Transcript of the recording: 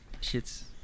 shit's